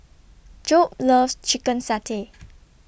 Jobe loves Chicken Satay